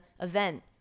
event